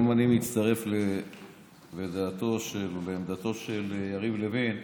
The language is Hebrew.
גם אני מצטרף לדעתו ולעמדתו של יריב לוין.